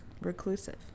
reclusive